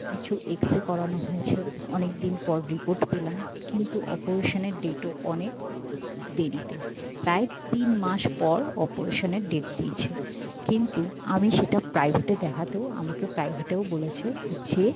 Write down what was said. কিছু এক্সরে করানো হয়েছে অনেক দিন পর রির্পোট পেলাম কিন্তু অপরেশানের ডেটও অনেক দেরিতে প্রায় তিন মাস পর অপরেশানের ডেট দিয়েছে কিন্তু আমি সেটা প্রাইভেটে দেখাতেও আমাকে প্রাইভেটেও বলেছে যে